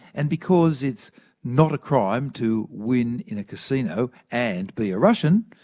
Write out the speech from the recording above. and because it's not a crime to win in a casino and be a russian,